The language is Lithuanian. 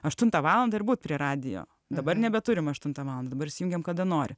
aštuntą valandą ir būt prie radijo dabar nebeturim aštuntą valandą dabar įsijungiam kada nori